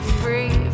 free